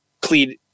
plead